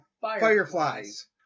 fireflies